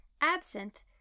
Absinthe